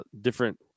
different